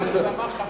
יש בשבע ברכות,